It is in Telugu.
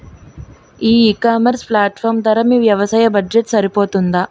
ఈ ఇకామర్స్ ప్లాట్ఫారమ్ ధర మీ వ్యవసాయ బడ్జెట్ సరిపోతుందా?